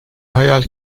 hayal